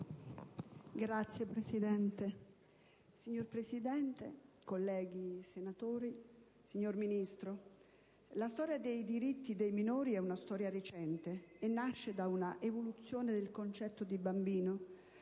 *(PdL)*. Signor Presidente, colleghi senatori, signor Ministro, la storia dei diritti dei minori è una storia recente e nasce da un'evoluzione del concetto di «bambino»,